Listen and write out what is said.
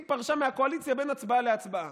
היא פרשה מהקואליציה בין הצבעה להצבעה.